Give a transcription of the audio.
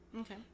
Okay